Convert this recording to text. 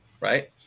right